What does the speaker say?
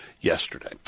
yesterday